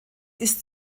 ist